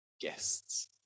guests